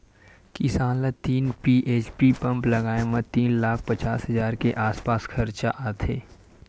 किसान ल तीन एच.पी के पंप लगाए म तीन लाख पचास हजार के आसपास खरचा आथे